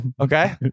Okay